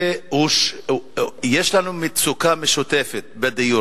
יש לנו מצוקה משותפת בדיור,